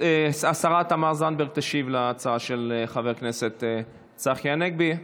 השרה תמר זנדברג תשיב על ההצעה של חבר הכנסת צחי הנגבי.